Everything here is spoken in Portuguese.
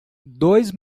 dois